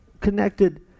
connected